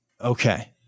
Okay